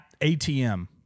ATM